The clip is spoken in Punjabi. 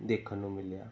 ਦੇਖਣ ਨੂੰ ਮਿਲਿਆ